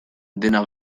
dena